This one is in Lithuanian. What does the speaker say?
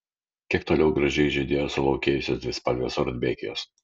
kiek toliau gražiai žydėjo sulaukėjusios dvispalvės rudbekijos